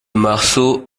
marceau